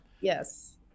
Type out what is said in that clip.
Yes